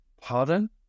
pardon